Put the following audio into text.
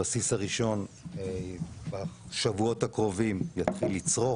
הבסיס הראשון בשבועות הקרובים יתחיל לצרוך,